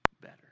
better